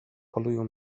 polują